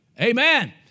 Amen